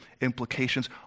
implications